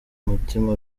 mutima